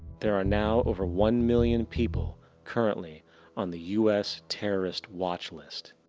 there are now over one million people currently on the us terrorist watch list.